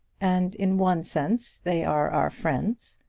and in one sense they are our friends.